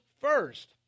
first